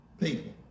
people